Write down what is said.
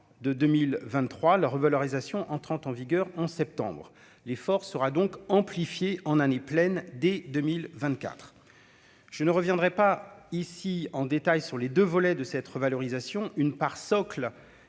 de 2023 la revalorisation entrant en vigueur en septembre, l'effort sera donc amplifié en année pleine des 2 1000 24 je ne reviendrai pas ici en détail sur les 2 volets de cette revalorisation une part socle